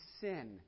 sin